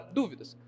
dúvidas